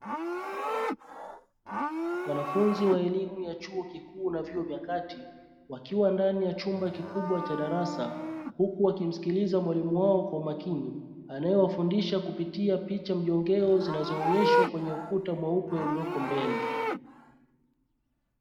Wanafunzi wa elimu ya chuo kikuu na vyuo vya kati wakiwa ndani ya chumba kikubwa cha darasa. Huku wakimsikiliza mwalimu wao kwa umakini anayewafundisha kupitia, picha mjongeo zinazoonyeshwa kwenye ukuta mweupe ulioko mbele.